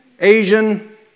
Asian